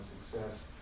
success